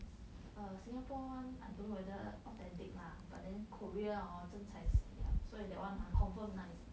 err Singapore one I don't know whether authentic lah but then Korea hor 真材实料所以 that one ah confirm nice